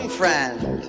friend